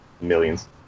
millions